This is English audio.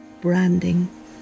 branding